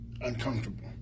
uncomfortable